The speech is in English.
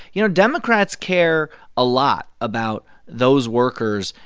you know, democrats care a lot about those workers.